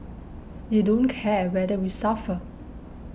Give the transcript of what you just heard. they don't care whether we suffer